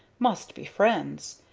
must be friends.